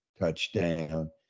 touchdown